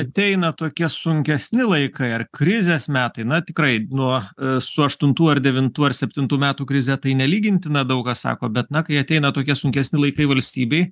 ateina tokie sunkesni laikai ar krizės metai tikrai nuo su aštuntų ar devintų ar septintų metų krize tai nelygintina daug kas sako bet na kai ateina tokie sunkesni laikai valstybei